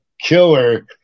killer